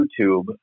YouTube